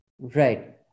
Right